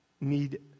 need